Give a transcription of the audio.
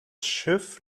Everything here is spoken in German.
schiff